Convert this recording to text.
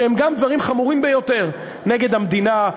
שהם גם דברים חמורים ביותר נגד המדינה,